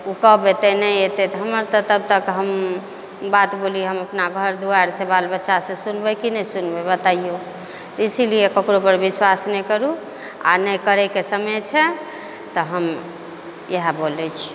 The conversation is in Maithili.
ओ कब एतै नहि एतै हमर तऽ तब तक बात बोली हम अपना घर दुआरिसँ बाल बच्चासँ सुनबै कि नहि सुनबै बतैयो तऽ इसीलिये ककरोपर विश्वास नहि करू आ नहि करयके समय छै तऽ हम इएह बोलै छी